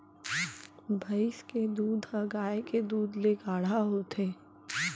भईंस के दूद ह गाय के दूद ले गाढ़ा होथे